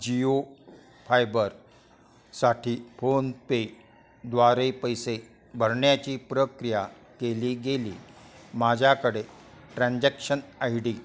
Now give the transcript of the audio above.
जिओफायबर साठी फोनपे द्वारे पैसे भरण्याची प्रक्रिया केली गेली माझ्याकडे ट्रान्जॅक्शन आय डी